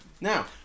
Now